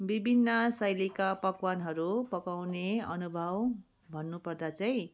विभिन्न शैलीका पकवानहरू पकाउने अनुभव भन्नुपर्दा चाहिँ